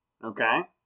Okay